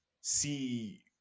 see